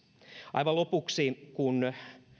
aivan lopuksi kun